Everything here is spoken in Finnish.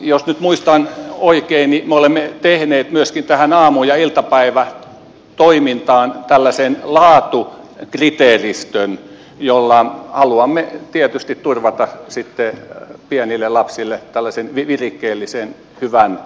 jos nyt muistan oikein me olemme tehneet myöskin aamu ja iltapäivätoimintaan tällaisen laatukriteeristön jolla haluamme tietysti turvata pienille lapsille tällaisen virikkeellisen hyvän päivän